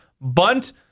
bunt